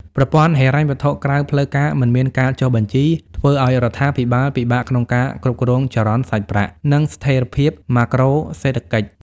ប្រព័ន្ធហិរញ្ញវត្ថុក្រៅផ្លូវការមិនមានការចុះបញ្ជី ធ្វើឱ្យរដ្ឋាភិបាលពិបាកក្នុងការគ្រប់គ្រងចរន្តសាច់ប្រាក់ និងស្ថិរភាពម៉ាក្រូសេដ្ឋកិច្ច។